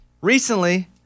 Recently